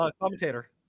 commentator